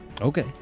Okay